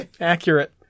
Accurate